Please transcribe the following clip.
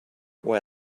there